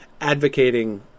advocating